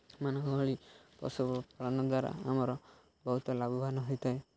ମାନଙ୍କ ଭଳି ପଶୁପାଳନ ଦାରା ଆମର ବହୁତ ଲାଭବାନ ହୋଇଥାଏ